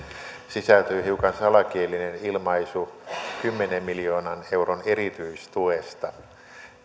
sisältyy hiukan salakielinen ilmaisu kymmenen miljoonan euron erityistuesta